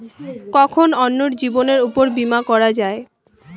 কখন অন্যের জীবনের উপর বীমা করা যায়?